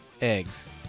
Eggs